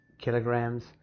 kilograms